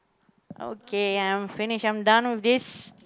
okay I'm finished I'm done with this